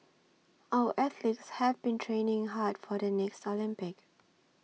our athletes have been training hard for the next Olympics